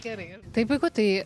gerai tai puiku tai